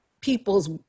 people's